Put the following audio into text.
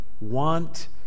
want